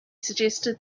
suggested